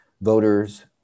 voters